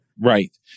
Right